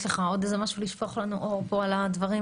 יש לך עוד איזה משהו לשפוך לנו אור פה על הדברים?